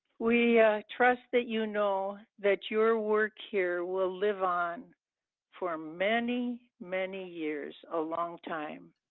we trust that you know that your work here will live on for many, many years, a long time.